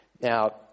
Now